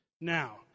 Now